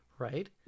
Right